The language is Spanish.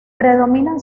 predominan